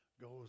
goes